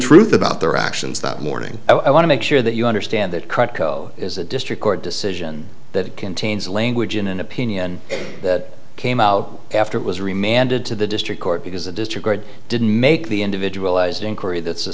truth about their actions that morning i want to make sure that you understand that is a district court decision that contains language in an opinion that came out after it was remanded to the district court because the disregard didn't make the individual eyes in korea that's the